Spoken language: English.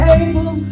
able